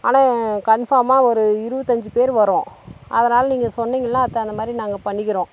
ஆனால் கன்ஃபார்மாக ஒரு இருபத்தஞ்சி பேர் வரோம் அதனால் நீங்கள் சொன்னிங்கன்னா அதுக்கு தகுந்தமாதிரி நாங்கள் பண்ணிக்கிறோம்